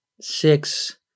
six